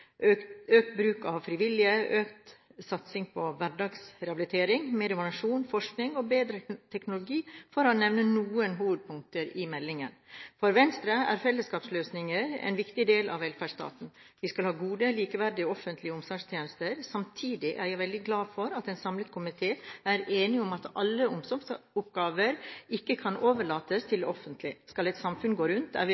økt bruk av frivillige, økt satsing på hverdagsrehabilitering, mer innovasjon, forskning og bedre teknologi, for å nevne noen hovedpunkter i meldingen. For Venstre er fellesskapsløsninger en viktig del av velferdsstaten. Vi skal ha gode, likeverdige offentlige omsorgstjenester. Samtidig er jeg veldig glad for at en samlet komité er enig i at alle omsorgsoppgaver ikke kan overlates til det offentlige. Skal et samfunn gå rundt, er vi